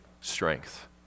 strength